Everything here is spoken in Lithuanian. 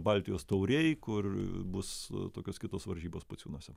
baltijos taurėj kur bus tokios kitos varžybos pociūnuose